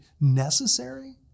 necessary